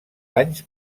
anys